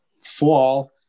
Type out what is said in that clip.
fall